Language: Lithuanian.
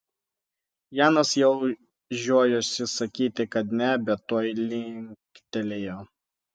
janas jau žiojosi sakyti kad ne bet tuoj linktelėjo